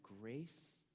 grace